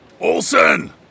Olson